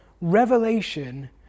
revelation